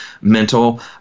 mental